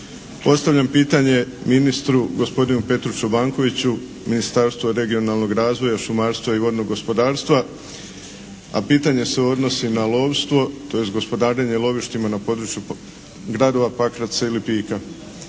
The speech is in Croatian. Postavljam pitanje ministru gospodinu Petru Čobankoviću Ministarstvo regionalnog razvoja, šumarstva i vodnog gospodarstva a pitanje se odnosi na lovstvo, tj. gospodarenje lovištima na području gradova Pakraca i Lipika.